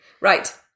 Right